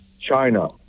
China